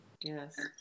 yes